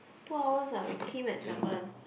two hours what we came at seven